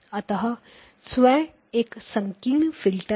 अतः 16 स्वयं एक संकीर्ण फिल्टर है